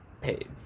paid